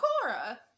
Cora